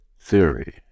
theory